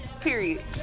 period